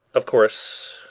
of course,